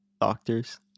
Doctors